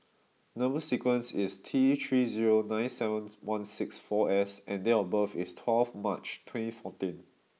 number sequence is T three zero nine seven one six four S and date of birth is twelfth March twenty fourteen